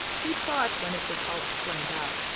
he saw it when it was all explained out.